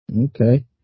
Okay